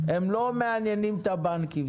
הם לא מעניינים את הבנקים.